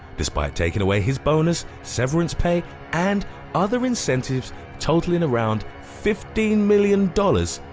despite taking away his bonus, severance pay, and other incentives totaling around fifteen million dollars,